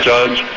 Judge